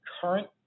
current